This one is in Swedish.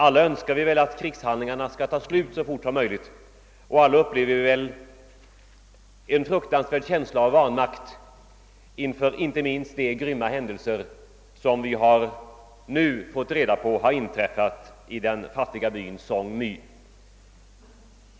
Alla önskar vi väl att krigshandlingarna skall ta slut så fort som möjligt, och alla upplever vi väl en fruktansvärd känsla av vanmakt inte minst inför de grymma händelser som enligt vad vi nu fått veta har inträffat i den fattiga byn Song My.